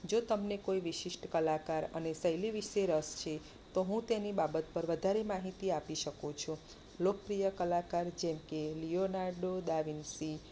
જો તમને કોઈ વિશિષ્ટ કલાકાર અને શૈલી વિશે રસ છે તો હું તેની બાબત પર વધારે માહિતી આપી શકું છું લોકપ્રિય કલાકાર જેમકે લિયોનાર્ડો દા વિન્સી